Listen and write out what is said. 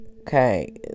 okay